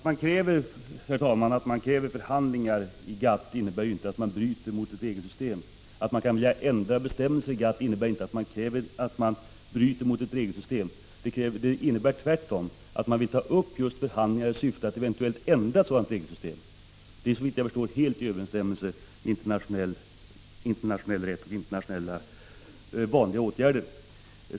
Herr talman! Att man kräver förhandlingar i GATT och att man vill ändra bestämmelser i GATT innebär inte att man bryter mot ett regelsystem. Det innebär tvärtom att man vill ta upp just förhandlingar i syfte att ändra ett sådant regelsystem. Det vi föreslår står, såvitt jag förstår, helt i överensstämmelse med internationell rätt och internationell praxis.